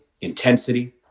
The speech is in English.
intensity